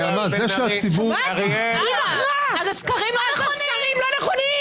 אם כן, הסקרים לא נכונים.